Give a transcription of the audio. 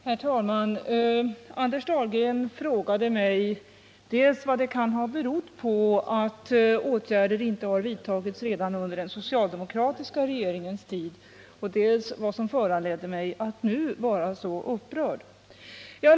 Herr talman! Anders Dahlgren frågade mig dels vad det kan ha berott på att åtgärder inte vidtogs redan under den socialdemokratiska regeringens tid, dels vad som föranledde mig att nu vara så upprörd.